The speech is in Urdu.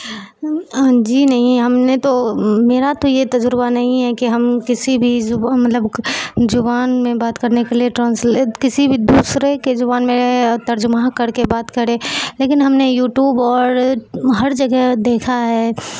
جی نہیں ہم نے تو میرا تو یہ تجربہ نہیں ہے کہ ہم کسی بھی مطلب زبان میں بات کرنے کے لیے ٹرانسلیٹ کسی بھی دوسرے کے زبان میں ترجمہ کر کے بات کرے لیکن ہم نے یوٹوب اور ہر جگہ دیکھا ہے